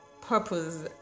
purpose